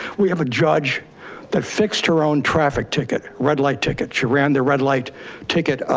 we have a judge that fixed her own traffic ticket, red light ticket. she ran the red light ticket,